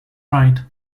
right